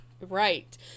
Right